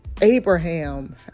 Abraham